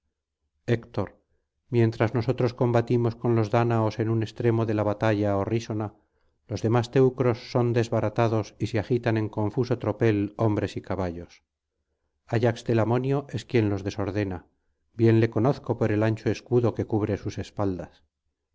héctor mientras nosotros combatimos con los dáñaos en un extremo de la batalla horrísona los demás teucros son desbaratados y se agitan en confuso tropel hombres y caballos ayax telamonio es quien los desordena bien le conozco por el ancho escudo que cubre sus espaldas